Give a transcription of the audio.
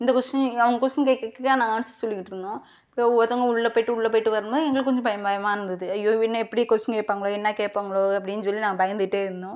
இந்த விஷயம் அவங்கள் கொஸ்டீன் கேட்கறது நாங்கள் ஆன்சர் சொல்லிக்கிட்டுருந்தோம் ஒரு ஒருத்தவங்க உள்ளே போயிட்டு உள்ளே போயிட்டு வரணும் எங்களுக்கு கொஞ்சம் பயமாக இருந்தது ஐயோ என்ன எப்படி கொஸ்டின் கேட்பாங்களோ என்ன கேட்பாங்களோ அப்படினு சொல்லி நான் பயந்துகிட்டே இருந்தோம்